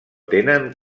tenen